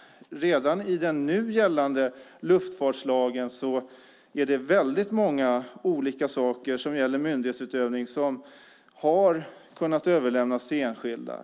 Redan i den nu gällande luftfartslagen är det väldigt många olika saker som gäller myndighetsutövning som har kunnat överlämnas till enskilda.